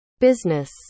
Business